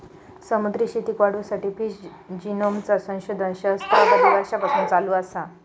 समुद्री शेतीक वाढवुसाठी फिश जिनोमचा संशोधन सहस्त्राबधी वर्षांपासून चालू असा